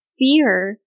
Fear